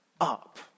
up